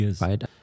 right